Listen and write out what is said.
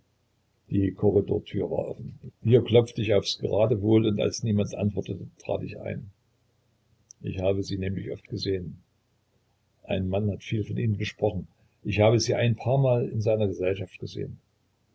die korridortür war offen hier klopfte ich aufs geratewohl und als niemand antwortete trat ich ein ich habe sie nämlich oft gesehen ein mann hat viel von ihnen gesprochen ich habe sie ein paar mal in seiner gesellschaft gesehen